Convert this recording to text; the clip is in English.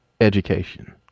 education